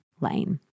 lane